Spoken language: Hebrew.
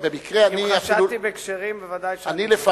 אם חשדתי בכשרים, ודאי שאני מתנצל.